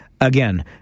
Again